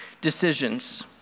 decisions